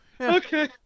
Okay